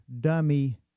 dummy